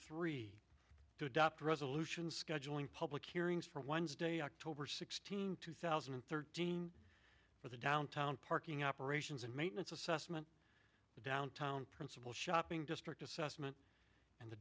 three to adopt a resolution scheduling public hearings for wednesday october sixteenth two thousand and thirteen for the downtown parking operations and maintenance assessment downtown principal shopping district assessment and the